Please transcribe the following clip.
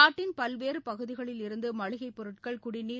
நாட்டின் பல்வேறு பகுதிகளில் இருந்து மளிகைப் பொருட்கள் குடிநீர்